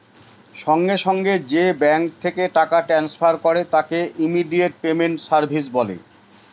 সঙ্গে সঙ্গে যে ব্যাঙ্ক থেকে টাকা ট্রান্সফার করে তাকে ইমিডিয়েট পেমেন্ট সার্ভিস বলে